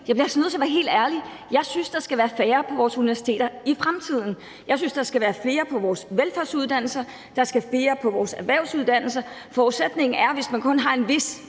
Jeg bliver altså nødt til at være helt ærlig: Jeg synes, der skal være færre på vores universiteter i fremtiden. Jeg synes, der skal være flere på vores velfærdsuddannelser, og der skal flere på vores erhvervsuddannelser. Hvis man kun har en vis